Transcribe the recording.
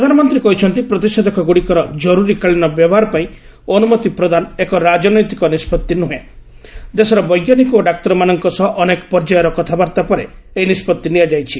ପ୍ରଧାନମନ୍ତ୍ରୀ କହିଛନ୍ତି ପ୍ରତିଷେଧକ ଗୁଡ଼ିକର ଜରୁରିକାଳୀନ ବ୍ୟବହାର ପାଇଁ ଅନୁମତି ପ୍ରଦାନ ଏକ ରାଜନୈତିକ ନିଷ୍ପତ୍ତି ନୁହେଁ ଦେଶର ବୈଜ୍ଞାନିକ ଓ ଡାକ୍ତରମାନଙ୍କ ସହ ଅନେକ ପର୍ଯ୍ୟାୟର କଥାବାର୍ତ୍ତା ପରେ ଏହି ନିଷ୍ପଭି ନିଆଯାଇଛି